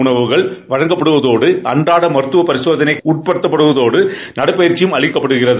உணவுகள் வமங்கப்படுவதோடு அன்றாடம் மருக்துவ பரிசோதனைக்கு உட்படுக்கப்படுவதோடு நடைப்பயிற்சியும் அளிக்கப்படுகிறது